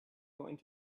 going